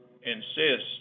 insist